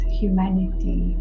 humanity